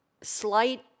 slight